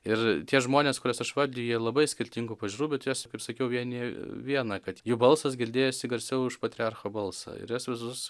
ir tie žmonės kuriuos aš vardiju jie labai skirtingų pažiūrų bet juos kaip sakiau vienija viena kad jų balsas girdėjosi garsiau už patriarcho balsą ir juos visus